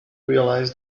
realise